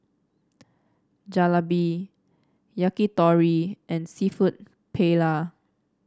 Jalebi Yakitori and seafood Paella